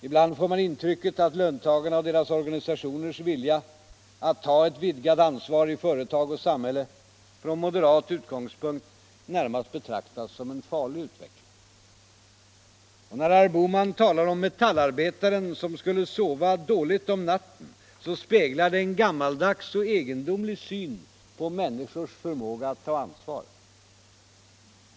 Ibland får man intrycket att löntagarnas och deras organisationers vilja att ta ett vidgat ansvar i företag och samhälle från moderat utgångspunkt närmast betraktas som en farlig utveckling. Och när herr Bohman talar om metallarbetaren som skulle sova dåligt om natten, så speglar det en gammaldags och egendomlig syn på människors förmåga att ta ansvar.